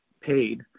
paid